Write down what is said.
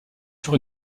sur